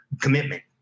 commitment